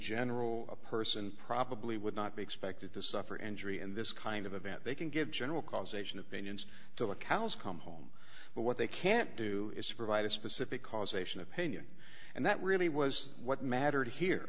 general a person probably would not be expected to suffer injury in this kind of event they can give general causation opinions to the cows come home but what they can't do is provide a specific causation opinion and that really was what mattered here